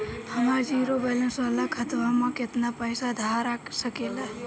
हमार zero balance वाला खतवा म केतना पईसा धरा सकेला?